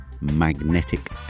Magnetic